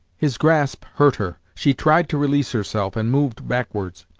his grasp hurt her she tried to release herself, and moved backwards.